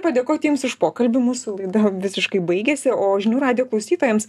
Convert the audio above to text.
padėkot jums už pokalbį mūsų laida visiškai baigėsi o žinių radijo klausytojams